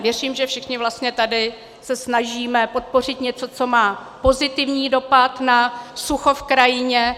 Věřím, že všichni vlastně tady se snažíme podpořit něco, co má pozitivní dopad na sucho v krajině.